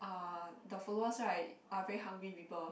uh the followers right are very hungry people